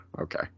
okay